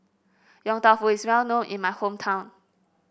Yong Tau Foo is well known in my hometown